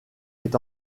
est